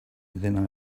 then